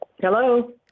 Hello